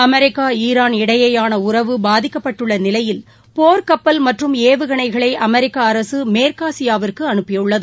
Iran இடையேயானஉறவு பாதிக்கப்பட்டுள்ளநிலையில் போர்க்கப்பல் மற்றும் அமெரிக்கா ஏவுகணைகளை அமெரிக்க அரசுமேற்காசியாவிற்கு அனுப்பியுள்ளது